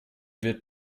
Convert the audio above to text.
wird